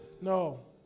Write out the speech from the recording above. no